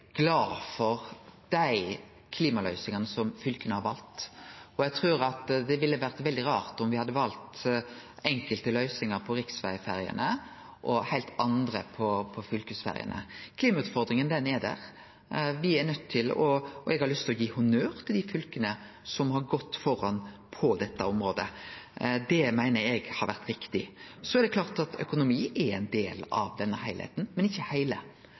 rart om me hadde valt enkelte løysingar for riksvegferjene og heilt andre løysingar for fylkesferjene. Klimautfordringa er her, og eg har lyst å gi honnør til dei fylka som har gått føre på dette området. Det meiner eg har vore riktig. Det er klart at økonomi er ein del av denne heilskapen, men ikkje